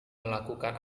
melakukan